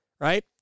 right